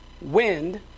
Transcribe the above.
wind